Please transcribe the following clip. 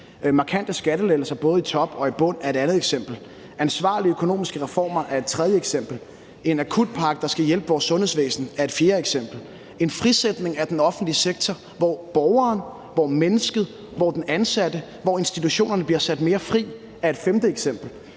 Markante skattelettelser i både top og bund er et andet eksempel. Ansvarlige økonomiske reformer er et tredje eksempel. En akutpakke, der skal hjælpe vores sundhedsvæsen, er et fjerde eksempel. En frisætning af den offentlige sektor, hvor borgeren, hvor mennesket, hvor den ansatte, hvor institutionerne bliver sat mere fri, er et femte eksempel.